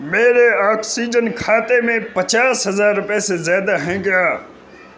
میرے آکسیجن کھاتے میں پچاس ہزار روپے سے زیادہ ہیں کیا